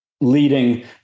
leading